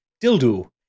Dildo